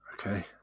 okay